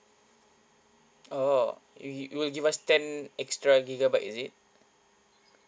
oh it will it will give us ten extra gigabyte is it